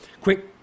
quick